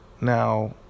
Now